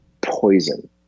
poison